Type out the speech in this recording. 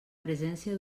presència